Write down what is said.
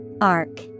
Arc